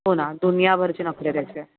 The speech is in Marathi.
हो ना दुनियाभरचे नखरे त्याचे